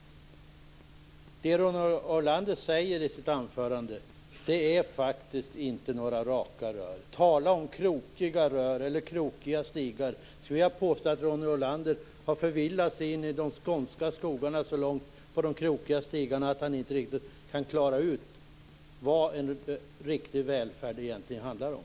Det Ronny Olander talar om i sitt anförande är faktiskt inte några raka rör. Tala om krokiga rör eller krokiga stigar! Jag skulle vilja påstå att Ronny Olander har förvillat sig så långt på de krokiga stigarna i de skånska skogarna att han inte riktigt kan klara ut vad riktig välfärd egentligen handlar om.